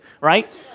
right